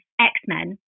X-Men